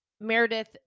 Meredith